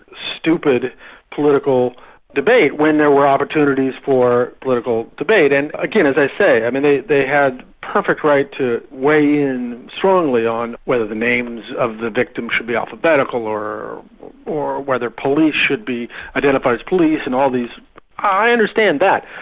stupid political debate, when there were opportunities for political debate. and again as i say, i mean they they had a perfect right to weigh in strongly on whether the names of the victims should be alphabetical or or whether police should be identified as police and all these i understand that,